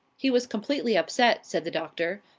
he was completely upset, said the doctor.